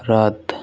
ਰੱਦ